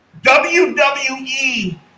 WWE